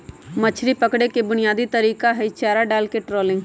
मछरी पकड़े के बुनयादी तरीका हई चारा डालके ट्रॉलिंग